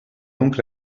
donc